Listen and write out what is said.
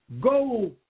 go